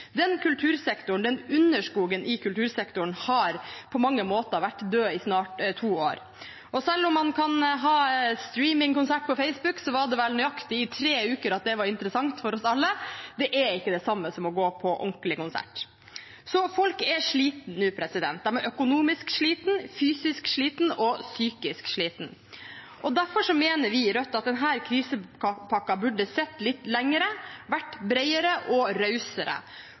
Kultursektoren og underskogen i kultursektoren har på mange måter vært død i snart to år. Selv om man kan ha «streaming»-konsert på Facebook, var vel det interessant for oss alle i nøyaktig tre uker. Det er ikke det samme som å gå på ordentlig konsert. Folk er slitne nå, de er økonomisk slitne, fysisk slitne og psykisk slitne. Derfor mener vi i Rødt at denne krisepakken burde sett litt lenger, vært bredere og rausere.